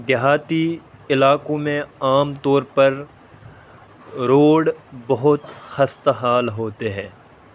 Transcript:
دیہاتی علاقوں میں عام طور پر روڈ بہت خستہ حال ہوتے ہیں